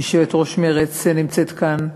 יושבת-ראש מרצ, שנמצאת כאן,